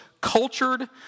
cultured